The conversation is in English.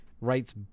writes